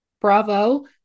Bravo